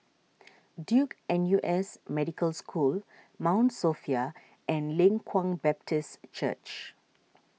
Duke N U S Medical School Mount Sophia and Leng Kwang Baptist Church